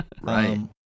Right